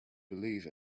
believe